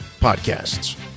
podcasts